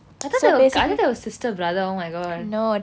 I thought that was I thought there was sister brother oh my god